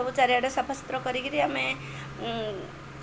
ସବୁ ଚାରିଆଡ଼େ ସଫାସୁତୁରା କରିକିରି ଆମେ